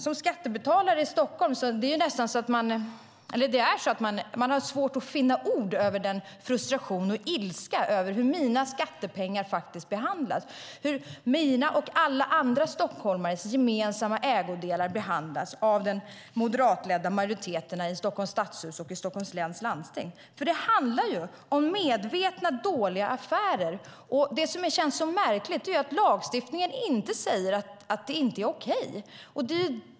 Som skattebetalare i Stockholm har jag svårt att finna ord för frustrationen och ilskan över hur mina och alla andra stockholmares gemensamma ägodelar och skattepengar behandlas av den moderatledda majoriteten i Stockholms stadshus och i Stockholms läns landsting. Det handlar ju om medvetet dåliga affärer, och det som känns så märkligt är att lagstiftningen inte säger att det inte är okej.